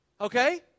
Okay